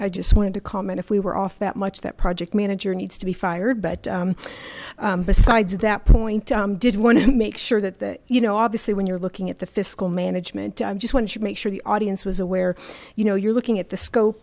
i just wanted to comment if we were off that much that project manager needs to be fired but besides at that point did want to make sure that that you know obviously when you're looking at the fiscal management i'm just wanting to make sure the audience was aware you know you're looking at the scope